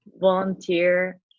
volunteer